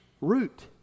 root